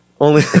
Only-